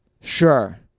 Sure